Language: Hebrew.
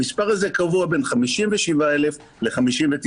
המספר הזה קבוע בין 57,000 ל-59,000.